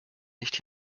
nicht